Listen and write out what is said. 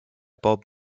bob